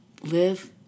live